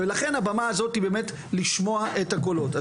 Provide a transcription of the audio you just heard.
והבמה הזו היא באמת לשמוע את הקולות.